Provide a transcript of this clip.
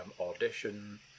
audition